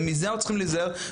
ומזה אנחנו צריכים להיזהר.